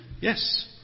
yes